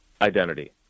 identity